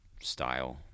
style